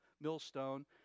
millstone